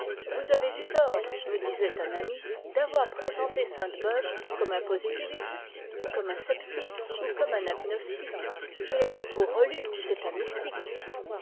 vous avez eu tort me disait un ami d'avoir présenté sainte-beuve comme un positiviste ou comme un sceptique ou comme un agnostique je l'ai beaucoup relu c'est